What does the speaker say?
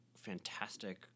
fantastic